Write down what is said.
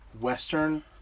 western